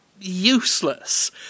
useless